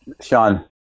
Sean